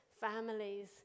families